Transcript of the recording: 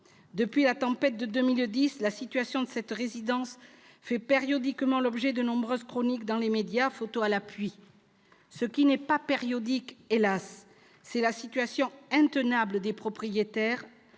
Depuis la tempête de 2010, la situation de cette résidence fait périodiquement l'objet de nombreuses chroniques dans les médias, photos à l'appui. Ce qui n'est pas périodique, hélas ! c'est la situation intenable des propriétaires,